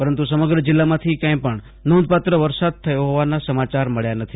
પરંતુ સમગ્ર જીલ્લામાંથી ક્યાય પણ નોંધપાત્ર વરસાદ તઃયો હોવાના સમાચાર મળ્યા નથી